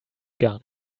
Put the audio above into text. gone